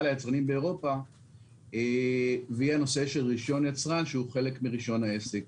ליצרנים באירופה והיא הנושא של רישיון יצרן שהוא חלק מרישיון העסק.